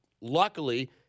Luckily